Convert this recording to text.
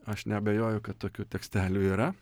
aš neabejoju kad tokių tekstelių yra